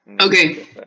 Okay